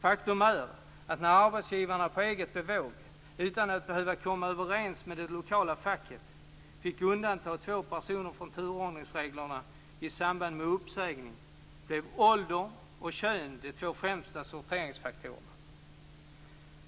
Faktum är att när arbetsgivarna på eget bevåg, utan att behöva komma överens med det lokala facket, fick undanta två personer från turordningsreglerna i samband uppsägning, blev ålder och kön de två främsta sorteringsfaktorerna.